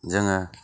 जोङो